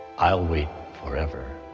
i'll wait forever.